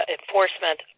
enforcement